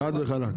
חד וחלק.